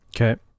Okay